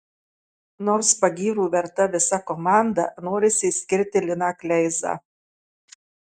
nors pagyrų verta visa komanda norisi išskirti liną kleizą